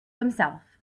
himself